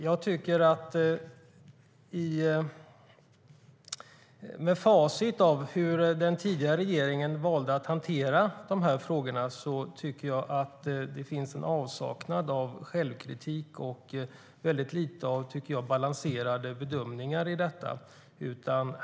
Nu ser vi, med facit i hand, hur den tidigare regeringen valde att hantera de här frågorna, och jag tycker att det finns en avsaknad av självkritik och väldigt lite av balanserade bedömningar i frågan.